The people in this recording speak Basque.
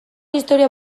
historia